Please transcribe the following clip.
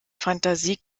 fantasie